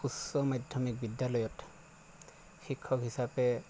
উচ্চ মাধ্যমিক বিদ্যালয়ত শিক্ষক হিচাপে